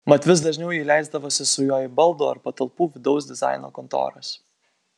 mat vis dažniau ji leisdavosi su juo į baldų ar patalpų vidaus dizaino kontoras